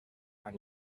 and